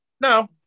No